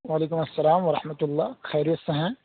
وعلیکم السلام و رحمۃ اللہ خیریت سے ہیں